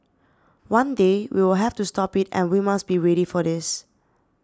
one day we will have to stop it and we must be ready for this